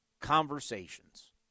conversations